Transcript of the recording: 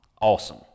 Awesome